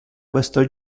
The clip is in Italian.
questo